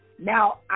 Now